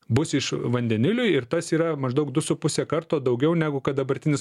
bus iš vandenilio ir tas yra maždaug du su puse karto daugiau negu kad dabartinis